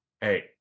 hey